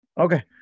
Okay